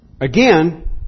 again